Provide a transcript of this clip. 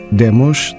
demos